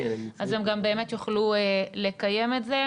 אז הם גם באמת יוכלו לקיים את זה.